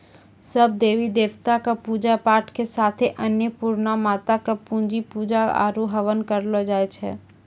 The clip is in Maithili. सब देवी देवता कॅ पुजा पाठ के साथे अन्नपुर्णा माता कॅ भी पुजा आरो हवन करलो जाय छै